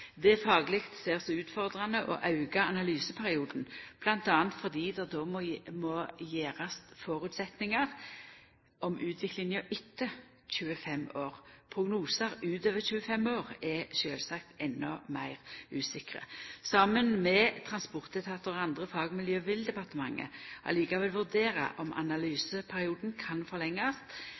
Det er fagleg særs utfordrande å auka analyseperioden bl.a. fordi det då må leggjast føresetnader om utviklinga etter 25 år. Prognosar utover 25 år er sjølvsagt endå meir usikre. Saman med transportetatar og andre fagmiljø vil departementet likevel vurdera om analyseperioden kan